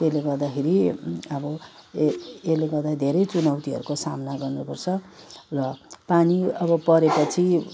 त्यसले गर्दाखेरि अब यसले गर्दाखेरि धेरै चुनौतीहरूको सामना गर्नुपर्छ र पानी अब परेपछि